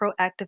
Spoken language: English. Proactive